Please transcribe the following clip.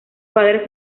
padres